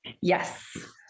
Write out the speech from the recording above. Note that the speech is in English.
Yes